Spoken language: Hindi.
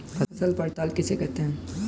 फसल पड़ताल किसे कहते हैं?